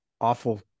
awful